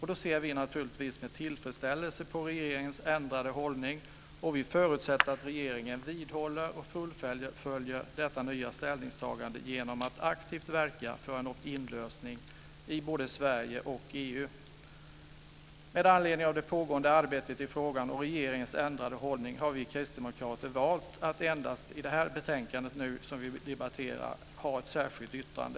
Vi ser naturligtvis med tillfredsställelse på regeringens ändrade hållning, och vi förutsätter att regeringen vidhåller och fullföljer detta nya ställningstagande genom att aktivt verka för en opt in-lösning både i Sverige och i EU. Med anledning av det pågående arbetet i frågan och regeringens ändrade hållning har vi kristdemokrater valt att i det betänkande som nu debatteras endast göra ett särskilt yttrande.